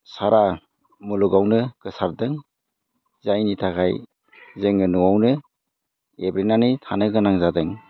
सारा मुलुगावनो गोसारदों जायनि थाखाय जोङो न'आवनो गेदोनानै थानो गोनां जादों